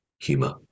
humor